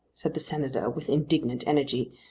said the senator with indignant energy,